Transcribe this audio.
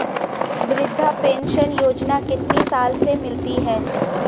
वृद्धा पेंशन योजना कितनी साल से मिलती है?